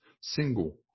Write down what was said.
single